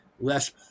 less